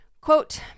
quote